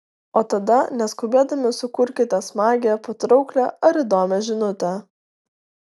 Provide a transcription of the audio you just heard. o tada neskubėdami sukurkite smagią patrauklią ar įdomią žinutę